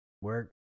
work